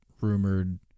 rumored